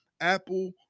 apple